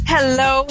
Hello